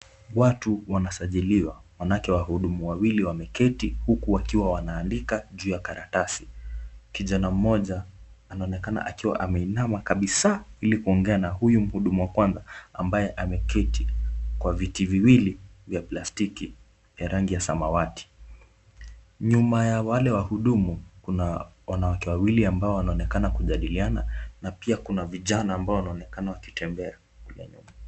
Watu wanasajiliwa maanake wahudumu wawili wameketi huku wakiwa wanaandika juu ya karatasi. Kijana mmoja anaonekana akiwa ameinama kabisa ili kuongea na huyu mhudumu wa kwanza ambaye ameketi kwa viti viwili vya plastiki ya rangi ya samawati. Nyuma ya wale wahudumu kuna wanawake wawili ambao wanaonekana kujadiliana na pia kuna vijana ambao wanaonekana wakitembea.